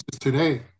today